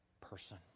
person